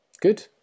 Good